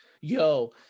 Yo